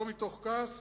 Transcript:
לא מתוך כעס,